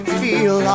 feel